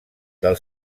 del